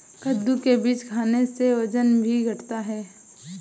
कद्दू के बीज खाने से वजन भी घटता है